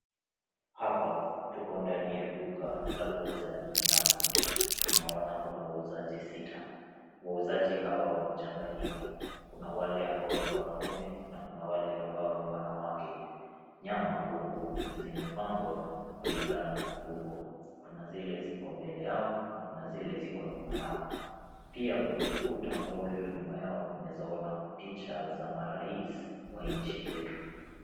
Hapa, tuko ndani ya duka la kuuza nyama. Tunaona kuna wauzaji sita. Wauzaji hao wamechanganyika. Kuna wale ambao ni wanaume na kuna wale ambao ni wanawake. Nyama huku zimepangwa kulingana na ukubwa. Kuna zile ziko mbele yao na kuna zile ziko nyuma yao. Pia kwenye ukuta ambao ulio nyuma yao tunaweza ona picha za marais wa nchi letu.